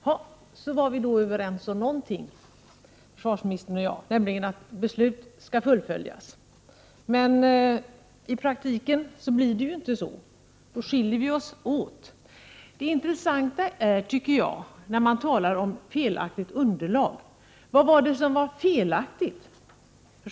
Herr talman! Vi var överens om någonting, försvarsministern och jag, nämligen om att beslut skall fullföljas. Men i praktiken blir det inte så. Där skiljer vi oss åt. Man talar om felaktigt underlag. Vad var det som var felaktigt?